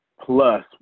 Plus